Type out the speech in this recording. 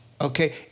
okay